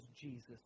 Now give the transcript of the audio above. Jesus